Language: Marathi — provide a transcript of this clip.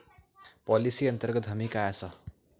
पॉलिसी अंतर्गत हमी काय आसा?